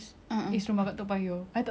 tapi rumah makcik saya